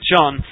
John